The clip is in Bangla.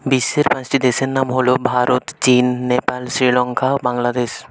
বিশ্বের পাঁচটি দেশের নাম হলো ভারত চীন নেপাল শ্রীলঙ্কা বাংলাদেশ